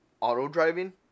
auto-driving